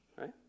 right